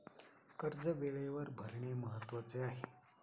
कर्ज वेळेवर भरणे महत्वाचे आहे